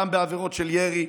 גם בעבירות של ירי,